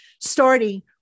starting